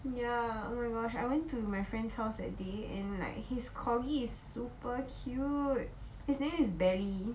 ya oh my gosh I went to my friend's house that day in like his corgi is super cute his name is belly